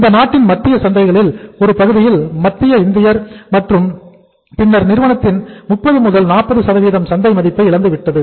இந்த நாட்டின் மத்திய சந்தைளில் ஒரு பகுதியில் மத்திய இந்தியா மற்றும் பின்னர் நிறுவனத்தின் 30 40 சந்தை மதிப்பை இழந்து விட்டது